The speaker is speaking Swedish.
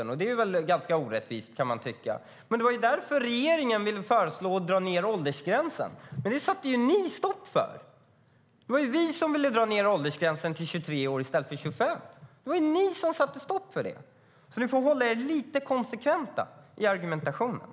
Det kan man tycka är ganska orättvist. Men det var därför den förra regeringen föreslog att åldersgränsen skulle dras ned. Det satte ni stopp för. Det var vi som vill dra ned åldersgränsen till 23 år i stället för 25 år. Ni får vara lite konsekventa i argumentationen.